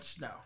no